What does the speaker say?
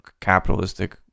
capitalistic